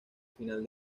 final